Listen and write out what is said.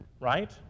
Right